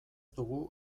dugu